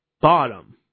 bottom